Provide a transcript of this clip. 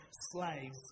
slaves